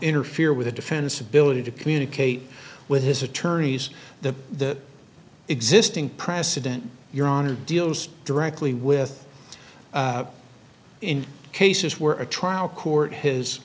interfere with the defense ability to communicate with his attorneys the existing precedent your honor deals directly with in cases where a trial court his